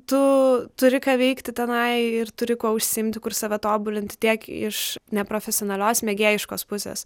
tu turi ką veikti tenai ir turi kuo užsiimti kur save tobulinti tiek iš neprofesionalios mėgėjiškos pusės